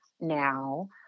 now